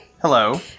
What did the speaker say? Hello